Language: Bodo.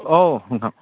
औ नोंथां